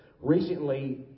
Recently